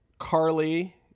Carly